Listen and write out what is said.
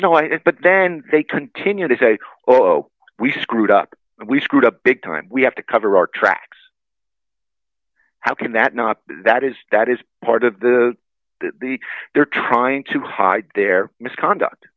know it but then they continue to say oh we screwed up we screwed up big time we have to cover our tracks how can that not that is that is part of the they're trying to hide their misconduct